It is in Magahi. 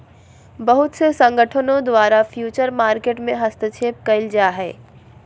बहुत से संगठनों के द्वारा फ्यूचर मार्केट में हस्तक्षेप क़इल जा हइ